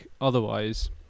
otherwise